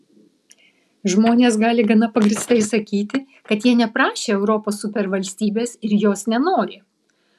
žmonės gali gana pagrįstai sakyti kad jie neprašė europos supervalstybės ir jos nenori